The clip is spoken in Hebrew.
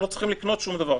הם לא צריכים לקנות שום דבר,